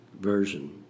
version